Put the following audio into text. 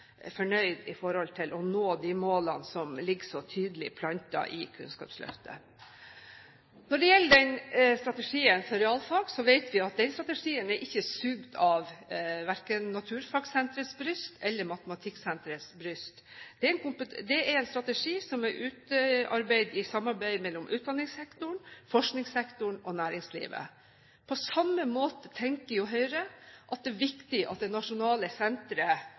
å nå de målene som ligger så tydelig plantet i Kunnskapsløftet. Når det gjelder strategien for realfag, vet vi at den strategien ikke er sugd verken av Naturfagsenterets bryst eller av Matematikksenterets bryst. Det er en strategi som er utarbeidet i samarbeid mellom utdanningssektoren, forskningssektoren og næringslivet. På samme måte tenker jo Høyre at det er viktig at det nasjonale senteret